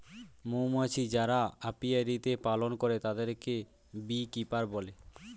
মৌমাছি যারা অপিয়ারীতে পালন করে তাদেরকে বী কিপার বলে